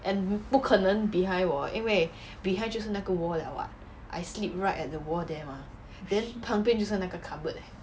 and 不可能 behind 我因为 behind 就是那个 wall liao [what] I sleep right at the wall there mah then 旁边就是那个 cupboard eh